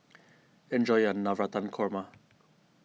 enjoy your Navratan Korma